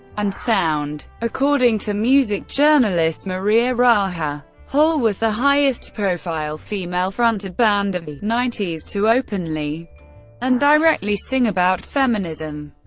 and sound. according to music journalist maria raha, hole was the highest-profile female-fronted band of the ninety s to openly and directly sing about feminism.